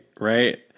right